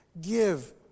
Give